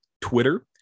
Twitter